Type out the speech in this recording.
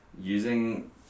using